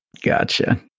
Gotcha